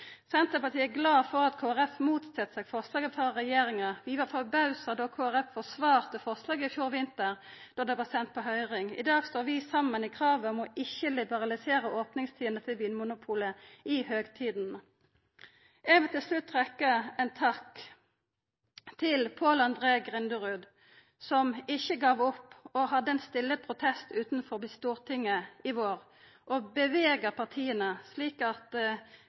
Senterpartiet er glad for at Kristeleg Folkeparti set seg imot forslaget frå regjeringa. Vi vart forbausa då Kristeleg Folkeparti forsvarte forslaget i fjor vinter då det vart sendt på høyring. I dag står vi saman i kravet om ikkje å liberalisera opningstidene til Vinmonopolet i høgtidene. Eg vil til slutt retta ein takk til Paal-André Grinderud som ikkje gav opp. Han hadde ein stille protest utanfor Stortinget i vår og bevega partia, slik at